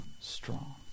strong